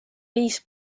viis